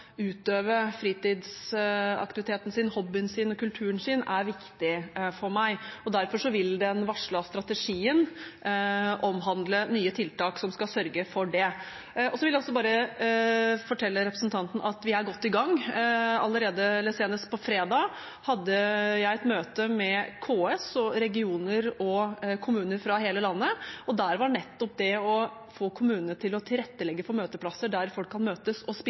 utøve fritidsaktiviteten sin, hobbyen sin og kulturen sin, er viktig for meg, og derfor vil den varslede strategien omhandle nye tiltak som skal sørge for det. Så vil jeg bare fortelle representanten at vi er godt i gang. Senest på fredag hadde jeg et møte med KS og regioner og kommuner fra hele landet. Der var nettopp det å få kommunene til å tilrettelegge for møteplasser der folk kan møtes og